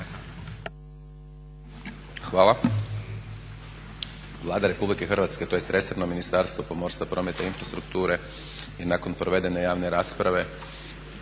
Hvala.